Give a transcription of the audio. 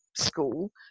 school